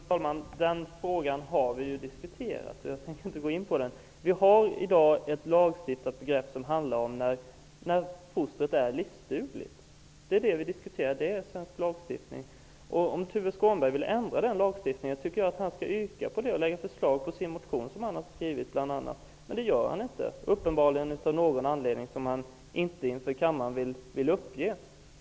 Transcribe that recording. Herr talman! Den frågan har vi diskuterat, och jag tänker inte nu gå in på den. Vi har i dag ett lagstiftat begrepp som handlar om när fostret är livsdugligt. Det är det vi diskuterar. Det är svensk lagstiftning. Om Tuve Skånberg vill ändra den lagstiftningen tycker jag att han skall yrka bifall till den motion som bl.a. han har väckt. Det gör han inte, och anledningen är uppenbarligen något som han inte inför kammaren vill uppge.